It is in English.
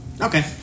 Okay